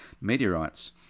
meteorites